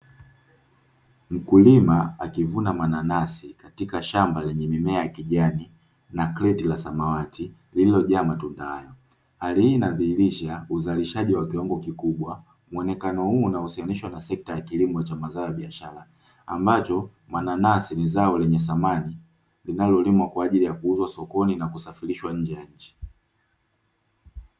Mkulima akivuna mananasi katika shamba lenye mimea ya kijani na kreti la samawati lililojawa matunda hayo. Hali hii inadhihirisha uzalishaji wa kiwango kikubwa. Muonekano huu unahusishwa na sekta ya kilimo ya mazao ya biashara, ambacho nanasi ni zao lenye thamani linalolimwa kwa ajili ya kuuzwa sokoni na kusafirishwa nje ya nchi.